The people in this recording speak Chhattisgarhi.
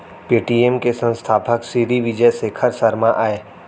पेटीएम के संस्थापक सिरी विजय शेखर शर्मा अय